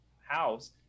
house